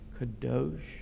Kadosh